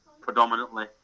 predominantly